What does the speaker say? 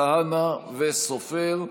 כהנא וסופר,